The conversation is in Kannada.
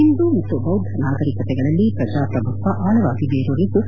ಒಂದೂ ಮತ್ತು ಬೌದ್ಧ ನಾಗಕರಿಕತೆಗಳಲ್ಲೇ ಪ್ರಜಾಪ್ರಭುತ್ವ ಆಳವಾಗಿ ಬೇರೂರಿದ್ದು